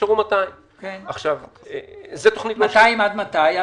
נשארו 200. 200 עד מתי?